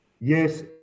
Yes